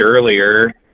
earlier